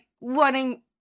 wanting